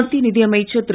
மத்திய நிதி அமைச்சர் திரு